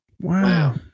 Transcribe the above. Wow